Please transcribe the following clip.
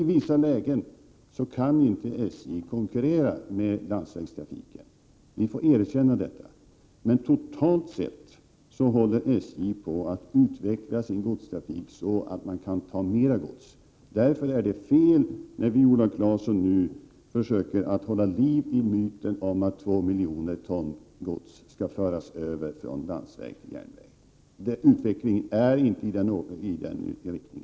I vissa lägen kan SJ inte konkurrera med landsvägstrafiken. Vi får erkänna detta. Men totalt sett håller SJ på att utveckla sin godstrafik för att kunna ta emot mer gods. Därför är det fel att som Viola Claesson gör försöka hålla liv i myten om att 2 miljoner ton gods skall föras över från landsväg till järnväg. Utvecklingen går inte i denna riktning.